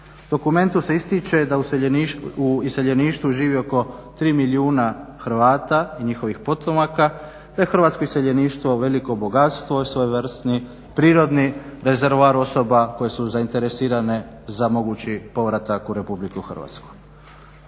Dokumentom se ističe da useljeništvo, u iseljeništvu živu oko 3 milijuna Hrvata i njihovih potomaka, da je Hrvatsko iseljeništvo veliko bogatstvo i svojevrsni prirodni rezervoar osoba koje su zainteresirane za mogući povratak u RH. U tom